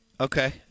okay